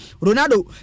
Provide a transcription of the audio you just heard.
Ronaldo